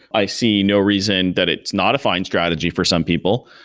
i see no reason that it's not a fine strategy for some people,